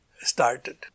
started